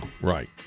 right